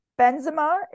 Benzema